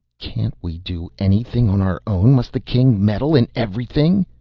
can't we do anything on our own? must the king meddle in everything?